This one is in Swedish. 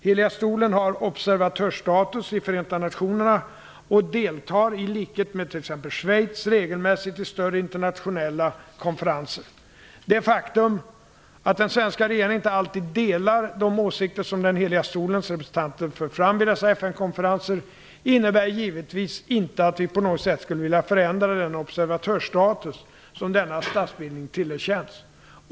Heliga stolen har observatörsstatus i Förenta nationerna och deltar, i likhet med t.ex. Schweiz, regelmässigt i större internationella konferenser. Det faktum att den svenska regeringen inte alltid delar de åsikter som Heliga stolens representanter för fram vid dessa FN-konferenser innebär givetvis inte att vi på något sätt skulle vilja förändra den observatörsstatus som denna statsbildning tillerkänts.